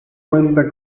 cuenta